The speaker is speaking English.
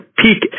peak